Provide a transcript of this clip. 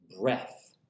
breath